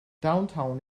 downtown